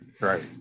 Right